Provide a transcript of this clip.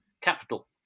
capital